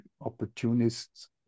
opportunists